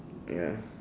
ya